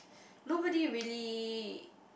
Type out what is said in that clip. nobody really